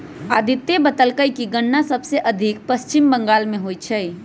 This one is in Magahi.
अदित्य बतलकई कि गन्ना सबसे अधिक पश्चिम बंगाल में होई छई